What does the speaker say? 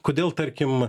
kodėl tarkim